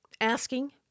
Asking